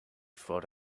for